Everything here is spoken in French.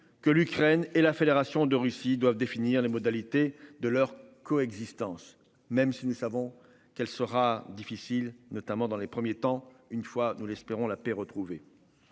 que l'Ukraine et la Fédération de Russie doivent définir les modalités de leur coexistence. Même si nous savons qu'elle sera difficile notamment dans les premiers temps une fois, nous l'espérons la paix retrouvée.